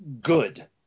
good